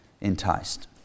enticed